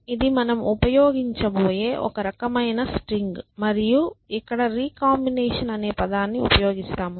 ఇది మనము ఉపయోగించబోయే ఒక రకమైన స్ట్రింగ్ మరియు ఇక్కడ రికాంబినేషన్ అనే పదాన్ని ఉపయోగిస్తాము